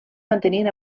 mantenint